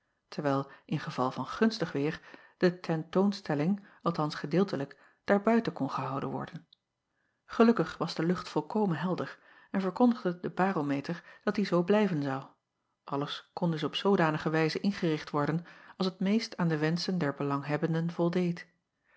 terwijl in geval van gunstig weêr de ten toon stelling althans gedeeltelijk daarbuiten kon gehouden worden elukkig was de lucht volkomen helder en verkondigde de barometer dat die zoo blijven zou alles kon dus op zoodanige wijze ingericht worden als het meest aan de wenschen der belanghebbenden voldeed